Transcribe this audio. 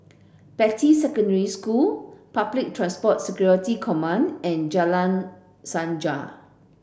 Beatty Secondary School Public Transport Security Command and Jalan Sajak